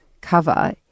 cover